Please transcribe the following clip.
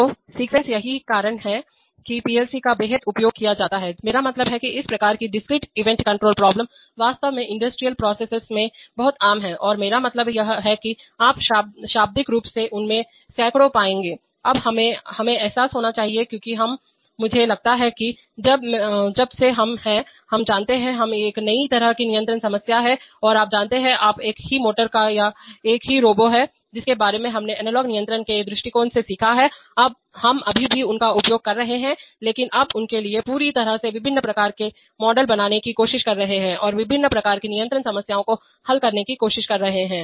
तो सीक्वेंसयही कारण है कि पीएलसी का बेहद उपयोग किया जाता है मेरा मतलब है इस प्रकार की डिस्क्रीट इवेंट कंट्रोल प्रॉब्लम वास्तव में इंडस्ट्रियल प्रोसेसेस में बहुत आम हैं और मेरा मतलब है आप शाब्दिक रूप से उनमें से सैकड़ों पाएंगे अब हमें एहसास होना चाहिए क्योंकि हम मुझे लगता है कि जब से हम हैं आप जानते हैं यह एक नई तरह की नियंत्रण समस्या है और आप जानते हैं हम एक ही मोटर या एक ही रोबो हैं जिसके बारे में हमने एनालॉग नियंत्रण के दृष्टिकोण से सीखा है हम अभी भी उनका उपयोग कर रहे हैं लेकिन अब उनके लिए पूरी तरह से विभिन्न प्रकार के मॉडल बनाने की कोशिश कर रहे है और विभिन्न प्रकार की नियंत्रण समस्याओं को हल करने की कोशिश कर रहे है